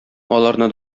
аларны